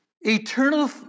Eternal